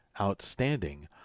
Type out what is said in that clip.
outstanding